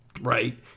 right